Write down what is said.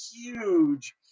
huge